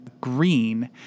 green